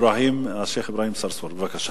אברהים צרצור, בבקשה.